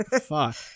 Fuck